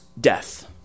death